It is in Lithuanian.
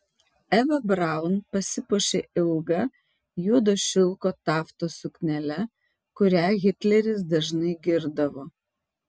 eva braun pasipuošė ilga juodo šilko taftos suknele kurią hitleris dažnai girdavo